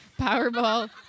Powerball